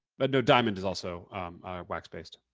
but, no, diamond is also ah wax-based.